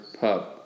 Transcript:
Pub